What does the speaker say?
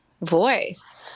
voice